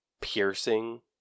piercing